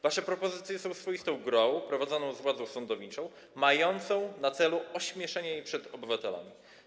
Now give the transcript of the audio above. Wasze propozycje są swoistą grą prowadzoną z władzą sądowniczą, mającą na celu ośmieszenie jej przed obywatelami.